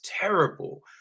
terrible